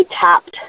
tapped